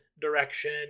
direction